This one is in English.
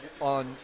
on